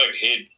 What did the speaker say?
head